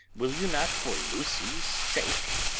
will you not, for lucy's sake?